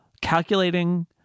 calculating